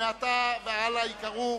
שמעתה והלאה ייקראו